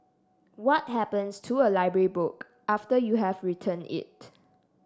what happens to a library book after you have returned it